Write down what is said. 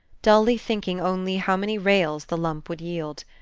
dully thinking only how many rails the lump would yield.